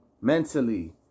Mentally